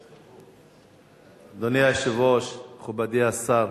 אדוני היושב-ראש, חברי הכנסת,